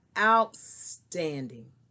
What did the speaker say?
outstanding